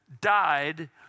died